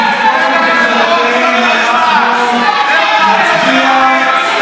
אני מבקש מחברי הכנסת לתפוס את מקומותיהם.